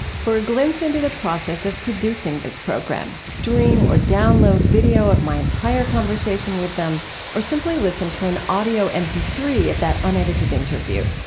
for a glimpse into the process of producing this program, stream or download video of my entire conversation with them or simply listen to an audio m p three of that unedited interview.